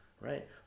right